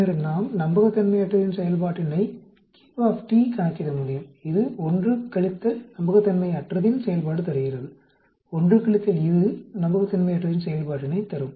பின்னர் நாம் நம்பகத்தன்மையற்றதின் செயல்பாட்டினை Q கணக்கிட முடியும் அது 1 நம்பகத்தன்மையற்றதின் செயல்பாடு தருகிறது 1 கழித்தல் இது நம்பகத்தன்மையற்றதின் செயல்பாட்டினைத் தரும்